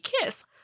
kiss